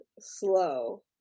slow